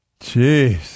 Jeez